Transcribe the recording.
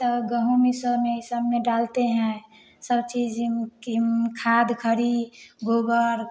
तो गेहूँ में इस सबमें डालते हैं सब चीज खाद खरी गोबर